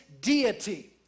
deity